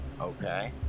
Okay